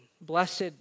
Blessed